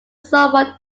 somewhat